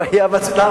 לעבודה?